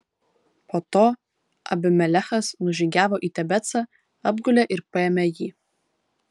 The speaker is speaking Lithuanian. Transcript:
po to abimelechas nužygiavo į tebecą apgulė ir paėmė jį